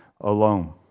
alone